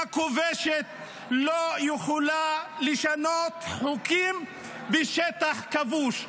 כובשת לא יכולה לשנות חוקים בשטח כבוש.